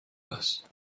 است